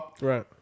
Right